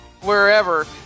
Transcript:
wherever